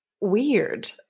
weird